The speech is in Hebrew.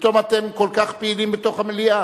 פתאום אתם כל כך פעילים בתוך המליאה.